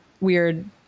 weird